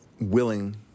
willing